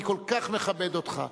אני כל כך מכבד אותך.